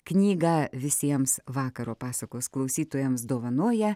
knygą visiems vakaro pasakos klausytojams dovanoja